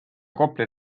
kopli